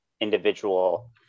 individual